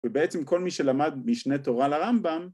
‫ובעצם כל מי שלמד משנה תורה לרמב״ם...